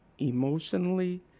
emotionally